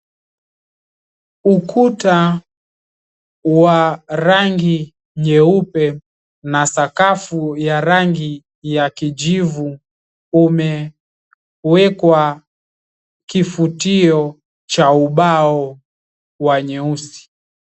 Ukuta wenye rangi nyeupe na sakafu ya rangi ya kijivu umewekwa kifutio cha ubao wa nyeusi.